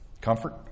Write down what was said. Comfort